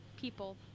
people